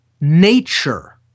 nature